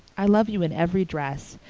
i love you in every dress.